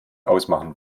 ausmachen